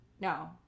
no